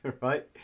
right